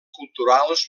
culturals